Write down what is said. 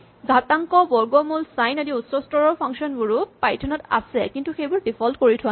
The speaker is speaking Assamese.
ঘাতাংক বৰ্গমূল ছাইন আদি উচ্চস্তৰৰ ফাংচন বোৰো পাইথন ত আছে কিন্তু সেইবোৰ ডিফল্ট কৰি থোৱা নাই